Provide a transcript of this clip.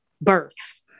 births